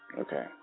Okay